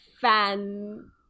fan